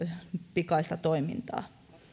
pikaista toimintaa